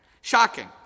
Shocking